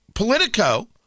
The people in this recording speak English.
Politico